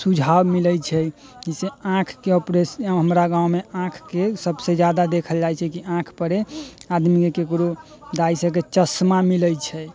सुझाव मिलैत छै जैसे आँखिके ओपरेशन हमरा गाममे आँखिके सभसँ ज्यादा देखल जाइत छै कि आँखिपर आदमी ककरो दाइसभके चश्मा मिलैत छै